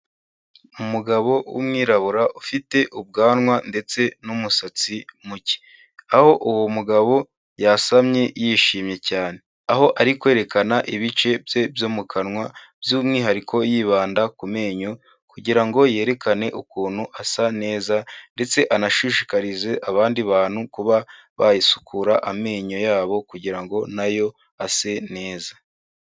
Umugabo w'umwirabura ufite ubwanwa ndetse n'umusatsi mucye, aho uwo mugabo yasamye yishimye cyane, aho ari kwerekana ibice bye byo mu kanwa, by'umwihariko yibanda ku menyo kugira ngo yerekane ukuntu asa neza, ndetse anashishikarize abandi bantu kuba bayisukura amenyo yabo kugira ngo na yo ase neza.